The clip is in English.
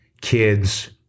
kids